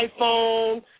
iPhone